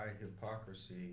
hypocrisy